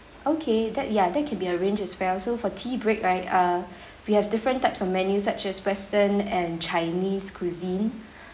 okay that ya that can be arranged as well so for tea break right uh we have different types of menu such as western and chinese cuisine